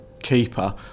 keeper